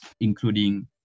including